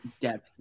depth